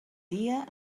dia